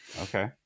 Okay